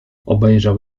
obejrzał